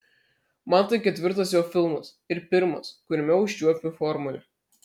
man tai ketvirtas jo filmas ir pirmas kuriame užčiuopiu formulę